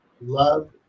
love